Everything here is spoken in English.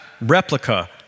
replica